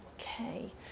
Okay